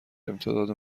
امتداد